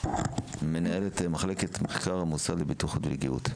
מנהלת מחלקת מחקר, המוסד לבטיחות ולגהות.